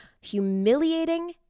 humiliating